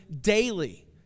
daily